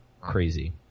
crazy